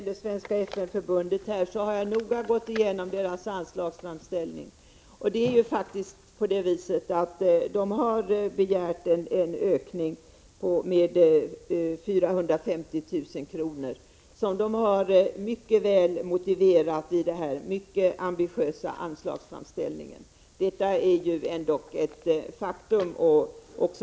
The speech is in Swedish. Herr talman! Jag vill först till Bengt Silfverstrand säga att jag noga har gått igenom Svenska FN-förbundets anslagsframställning. Förbundet har begärt en ökning med 450 000 kr., som man mycket väl motiverat i sin mycket ambitiösa anslagsframställning. Detta är ett faktum.